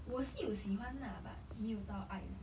我是有喜欢啊 but 没有到爱啊